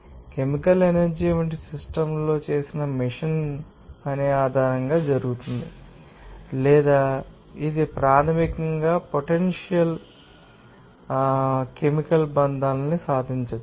ఈ chemical energy వంటి system లో చేసిన మెషిన్ పని ద్వారా జరుగుతుంది లేదా ఇది ప్రాథమికంగా పొటెన్షియల్ త మరియు కెమికల్ బంధాలను సాధించడం